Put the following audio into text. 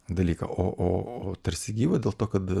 dalyką o tarsi gyvą dėl to kad